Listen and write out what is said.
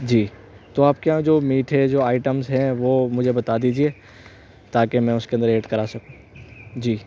جی تو آپ کیا جو میٹھے جو آئٹمس ہیں وہ مجھے بتا دیجیے تاکہ میں اس کے اندر ایڈ کرا سکوں جی